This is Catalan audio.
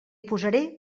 posaré